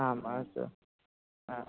आम् अस्तु